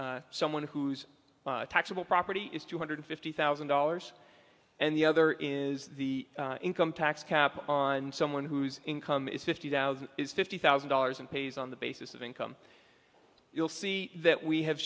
a someone whose taxable property is two hundred fifty thousand dollars and the other is the income tax cap on someone whose income is fifty thousand is fifty thousand dollars and pays on the basis of income you'll see that we have